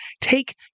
take